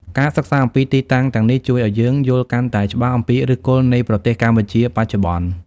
ការសិក្សាអំពីទីតាំងទាំងនេះ ជួយឱ្យយើងយល់កាន់តែច្បាស់អំពីឫសគល់នៃប្រទេសកម្ពុជាបច្ចុប្បន្ន។